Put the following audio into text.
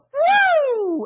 woo